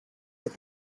with